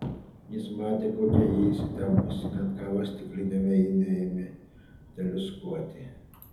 jis matė kokia ji įsitempusi net kava stikliniame inde ėmė teliūskuoti